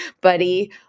buddy